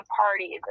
party